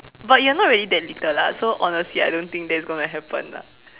but you're not really that little lah so honestly I don't think that's gonna happen lah